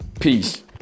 Peace